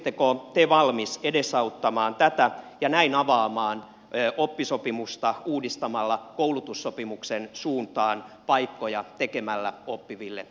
olisitteko te valmis edesauttamaan tätä ja näin avaamaan oppisopimusta uudistamalla koulutussopimuksen suuntaan paikkoja tekemällä oppiville nuorille